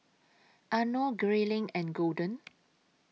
Arno Grayling and Golden